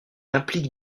implique